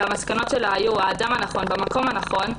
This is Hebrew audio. והמסקנות שלה היו: האדם הנכון במקום הנכון,